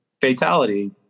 fatality